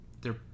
They're